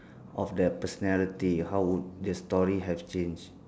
of their personality how would the story have change